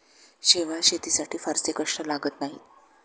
शेवाळं शेतीसाठी फारसे कष्ट लागत नाहीत